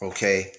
Okay